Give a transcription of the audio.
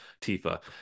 Tifa